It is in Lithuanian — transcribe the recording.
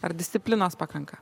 ar disciplinos pakanka